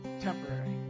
temporary